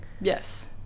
Yes